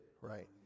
right